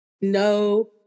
No